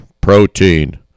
protein